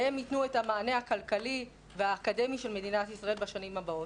והם ייתנו את המענה הכלכלי והאקדמי של מדינת ישראל בשנים הבאות,